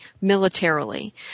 militarily